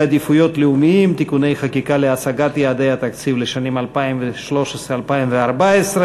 עדיפויות לאומיים (תיקוני חקיקה להשגת יעדי התקציב לשנים 2013 ו-2014).